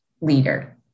leader